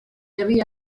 havia